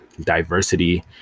diversity